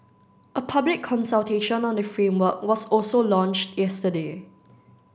a public consultation on the framework was also launched yesterday